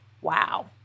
Wow